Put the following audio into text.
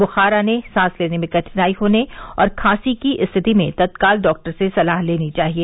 दुखार आने सांस लेने में कठिनाई होने और खांसी की स्थिति में तत्काल डॉक्टर से सलाह लेनी चाहिए